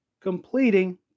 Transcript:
completing